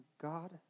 God